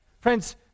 Friends